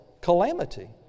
Calamity